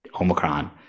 omicron